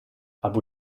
abu